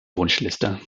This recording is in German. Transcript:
wunschliste